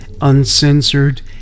uncensored